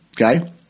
okay